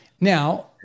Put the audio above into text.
Now